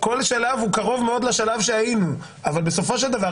כל שלב קרוב מאוד לשלב שהיינו אבל בסופו של דבר,